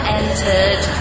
entered